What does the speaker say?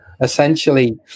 essentially